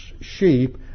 sheep